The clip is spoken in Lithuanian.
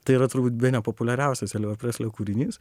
tai yra turbūt bene populiariausias elvio preslio kūrinys